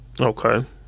Okay